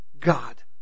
God